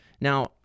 Now